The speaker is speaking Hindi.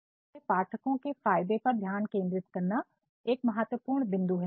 Refer Slide Time 0850 इसलिए पाठकों के फायदे पर ध्यान केंद्रित करना एक महत्वपूर्ण बिंदु है